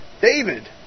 David